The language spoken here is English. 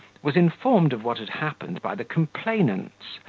was informed of what had happened by the complainants,